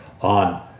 on